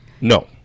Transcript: no